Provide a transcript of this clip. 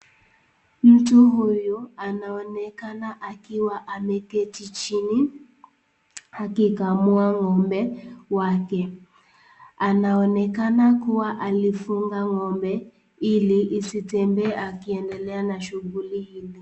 Mtu huyu anaonekana akiwa ameketi chini akikamua ng'ombe wake, anaonekana kua alifunga ng'ombe ili isitembee akiendelea na shuguli hii.